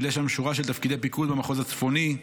מילא שם שורה של תפקידי פיקוד במחוז הצפוני: